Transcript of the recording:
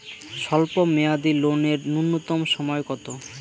স্বল্প মেয়াদী লোন এর নূন্যতম সময় কতো?